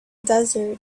desert